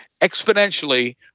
exponentially